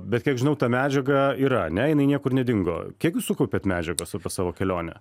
bet kiek žinau ta medžiaga yra ane jinai niekur nedingo kiek jūs sukaupėt medžiagos apie savo kelionę